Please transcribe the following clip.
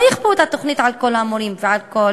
לא יכפו את התוכנית על כל המורים ועל כל